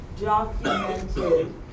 documented